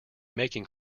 making